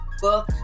book